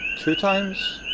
two times?